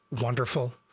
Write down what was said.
wonderful